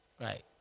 Right